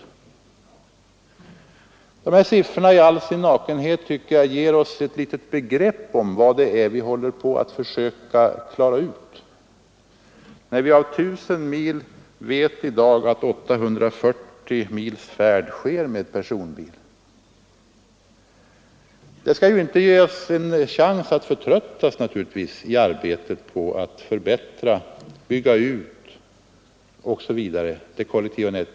Jag tycker att de siffrorna i all sin nakenhet ger oss ett litet begrepp om vad det är vi försöker klara ut — av svenskens genomsnittliga resor på 1000 mil företas 840 mil med personbil! Vi skall naturligtvis inte fördenskull förtröttas i arbetet på att förbättra och bygga ut det kollektiva trafiknätet.